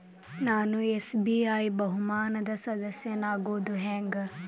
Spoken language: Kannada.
ನಾನು ಎಸ್.ಬಿ.ಐ ಬಹುಮಾನದ್ ಸದಸ್ಯನಾಗೋದ್ ಹೆಂಗ?